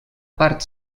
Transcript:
part